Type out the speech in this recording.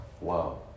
wow